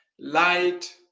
light